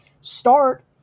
start